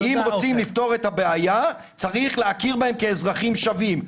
אם רוצים לפתור את הבעיה צריך להכיר בהם כאזרחים שווים,